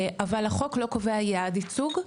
אבל החוק לא קובע יעד ייצוג.